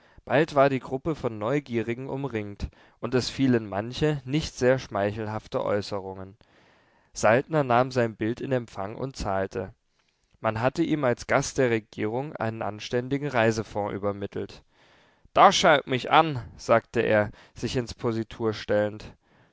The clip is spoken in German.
bald war die gruppe von neugierigen umringt und es fielen manche nicht sehr schmeichelhafte äußerungen saltner nahm sein bild in empfang und zahlte man hatte ihm als gast der regierung einen anständigen reisefonds übermittelt da schaut mich an sagte er sich in positur stellend